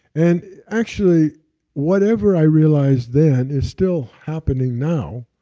and actually whatever i realized then is still happening now,